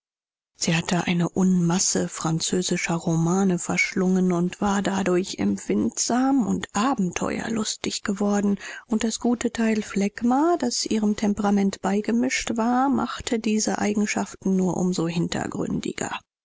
sie hatte eine unmasse französischer romane verschlungen und war dadurch empfindsam und abenteuerlustig geworden und das gute teil phlegma das ihrem temperament beigemischt war machte diese eigenschaften nur um so